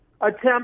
attempt